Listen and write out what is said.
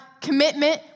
commitment